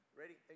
ready